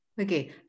Okay